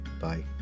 Bye